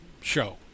show